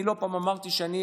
אני לא פעם אמרתי שאני,